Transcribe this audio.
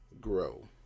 grow